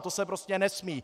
To se prostě nesmí!